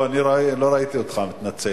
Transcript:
לא ראיתי אותך, אני מתנצל.